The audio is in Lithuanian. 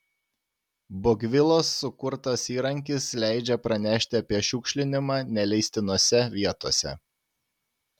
bogvilos sukurtas įrankis leidžia pranešti apie šiukšlinimą neleistinose vietose